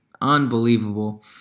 unbelievable